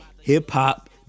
hip-hop